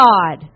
God